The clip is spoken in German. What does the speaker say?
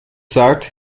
sagt